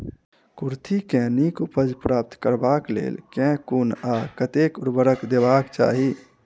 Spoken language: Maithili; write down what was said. कुर्थी केँ नीक उपज प्राप्त करबाक लेल केँ कुन आ कतेक उर्वरक देबाक चाहि?